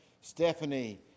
Stephanie